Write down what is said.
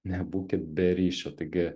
nebūkit be ryšio taigi